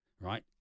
right